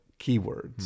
keywords